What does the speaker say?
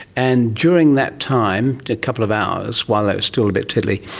and during that time, a couple of hours while they were still a bit tiddly,